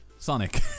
Sonic